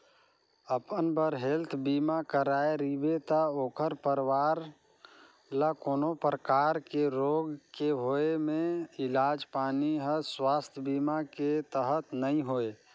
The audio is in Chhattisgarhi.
अपन बर हेल्थ बीमा कराए रिबे त ओखर परवार ल कोनो परकार के रोग के होए मे इलाज पानी हर सुवास्थ बीमा के तहत नइ होए